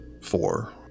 four